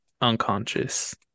unconscious